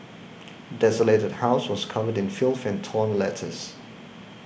the desolated house was covered in filth and torn letters